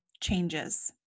changes